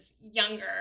younger